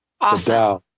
Awesome